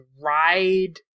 ride